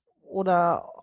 oder